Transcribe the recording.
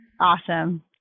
Awesome